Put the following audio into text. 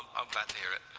ah, glad to hear it!